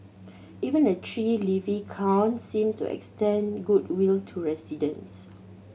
even the tree leafy crown seemed to extend goodwill to residents